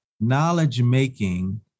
knowledge-making